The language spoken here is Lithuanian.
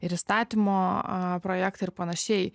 ir įstatymo projektą ir panašiai